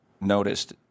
noticed